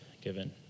given